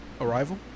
Arrival